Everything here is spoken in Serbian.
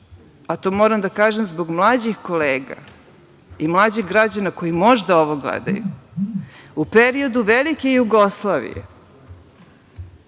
a to moram da kažem zbog mlađih kolega i mlađih građana koji možda ovo gledaju, u periodu velike Jugoslavije